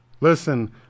Listen